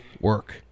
work